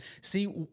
See